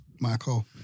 Michael